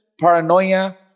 paranoia